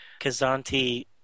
Kazanti